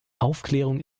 aufklärung